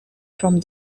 from